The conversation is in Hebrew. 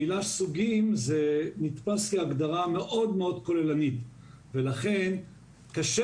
המילה סוגים זה נתפס כהגדרה מאוד כוללנית ולכן קשה